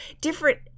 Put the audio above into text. different